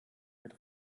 mit